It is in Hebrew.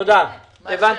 הבנתי.